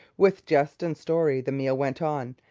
with jest and story the meal went on,